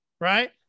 Right